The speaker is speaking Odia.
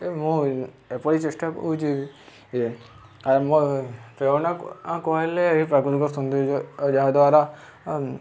ମୁଁ ଏପରି ଚେଷ୍ଟା କରୁଛି ଆଉ ମୋ ପ୍ରେରଣା କହିଲେ ଏହି ପ୍ରାକୃତିକ ସୌନ୍ଦର୍ଯ୍ୟ ଯାହାଦ୍ୱାରା